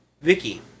Vicky